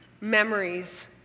memories